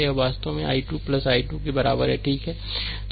तो यह वास्तव में i 2 i 2 के बराबर है ठीक है